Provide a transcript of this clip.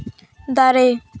ᱫᱟᱨᱮ